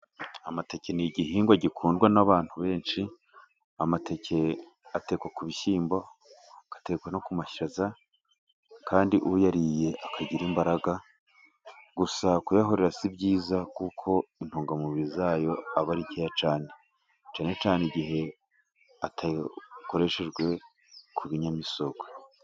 Amateke ni igihingwa gikundwa n'abantu benshi . Amateke atekwa ku bishyimbo agatekwa no ku mashaza. Kandi uyariye akagira imbaraga gusa kuyahorera si byiza, kuko intungamubiri zayo aba ari nkeya cyane . Cyane cyane igihe atakoreshejwe ku binyamisogwe.